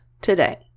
today